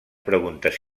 preguntes